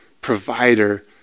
provider